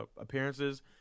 appearances